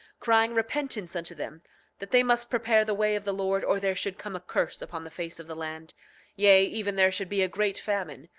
crying repentance unto them that they must prepare the way of the lord or there should come a curse upon the face of the land yea, even there should be a great famine,